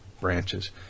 branches